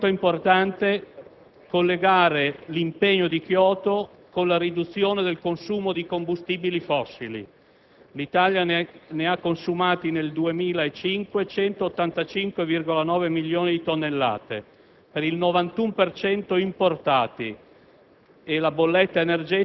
Per l'Italia è molto importante collegare l'impegno di Kyoto con la riduzione del consumo di combustibili fossili. L'Italia ne ha consumati nel 2005 185,9 milioni di tonnellate, per il 91 per